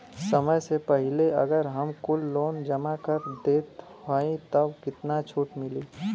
समय से पहिले अगर हम कुल लोन जमा कर देत हई तब कितना छूट मिली?